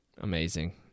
amazing